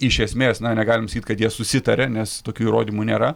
iš esmės na negalim sakyti kad jie susitaria nes tokių įrodymų nėra